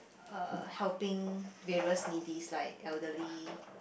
uh helping various needies like elderly